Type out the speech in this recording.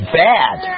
bad